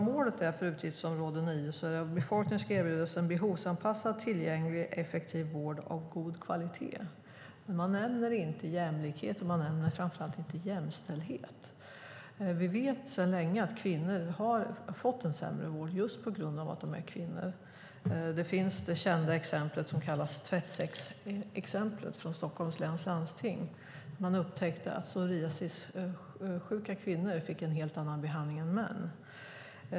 Målet för utgiftsområde 9 är: "Befolkningen ska erbjudas en behovsanpassad, tillgänglig och effektiv vård av god kvalitet." Men man nämner inte jämlikhet, och man nämner framför allt inte jämställdhet. Vi vet sedan länge att kvinnor har fått en sämre vård just på grund av att de är kvinnor. Det finns det kända exemplet som kallas tvättsäcksexemplet från Stockholms läns landsting. Man upptäckte att psoriasissjuka kvinnor fick en helt annan behandling än män.